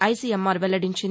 ICMR వెల్లడించింది